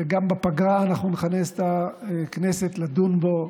וגם בפגרה אנחנו נכנס את הכנסת לדון בו,